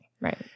Right